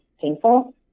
painful